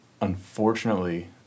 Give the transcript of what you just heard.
unfortunately